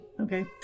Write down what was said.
Okay